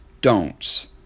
don'ts